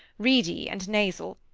reedy and nasal.